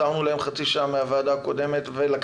לא